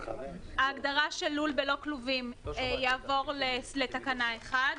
ההגדרה של "לול בלא כלובים" יעבור לתקנה 1,